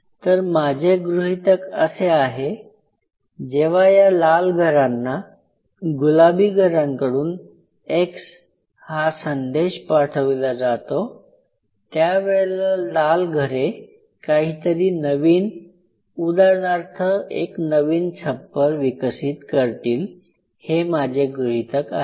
तर माझे गृहितक असे आहे जेव्हा या लाल घरांना गुलाबी घरांकडून "x" हा संदेश पाठविला जातो त्यावेळेला लाल घरे काहीतरी नवीन उदाहरणार्थ एक नवीन छप्पर विकसित करतील हे माझे गृहीतक आहे